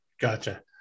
Gotcha